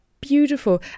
beautiful